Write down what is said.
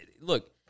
Look